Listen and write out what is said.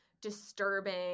disturbing